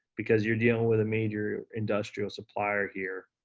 because you're dealing with a major industrial supplier here,